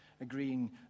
agreeing